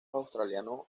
australianos